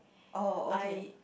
oh okay